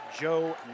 Joe